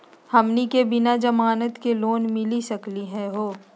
हमनी के बिना जमानत के लोन मिली सकली क हो?